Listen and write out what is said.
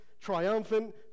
triumphant